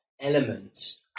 elements